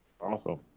awesome